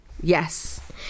Yes